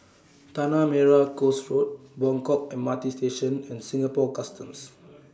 Tanah Merah Coast Road Buangkok M R T Station and Singapore Customs